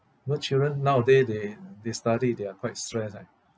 you know children nowaday they they study they are quite stressed right